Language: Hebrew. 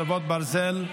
חרבות ברזל),